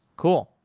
cool.